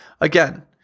Again